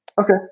Okay